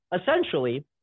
essentially